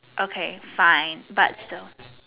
okay fine but still